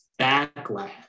backlash